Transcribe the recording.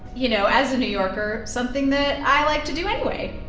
you know, as a new yorker, something that i like to do anyway